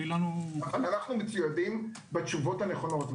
אנו מצוידים בתשובות הנכונות.